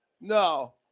No